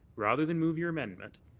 rather than move your amendment,